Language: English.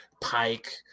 Pike